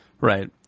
right